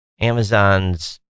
Amazon's